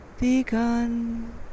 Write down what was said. begun